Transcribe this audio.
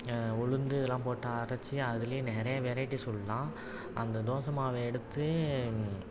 உளுந்து இதெல்லாம் போட்டு அரைச்சி அதிலேயே நிறையா வெரைட்டி சுடலாம் அந்த தோசை மாவை எடுத்து